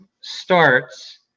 starts